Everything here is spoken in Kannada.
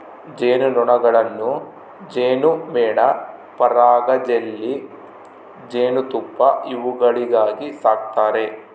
ಜೇನು ನೊಣಗಳನ್ನು ಜೇನುಮೇಣ ಪರಾಗ ಜೆಲ್ಲಿ ಜೇನುತುಪ್ಪ ಇವುಗಳಿಗಾಗಿ ಸಾಕ್ತಾರೆ